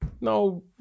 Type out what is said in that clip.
no